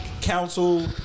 council